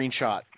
screenshot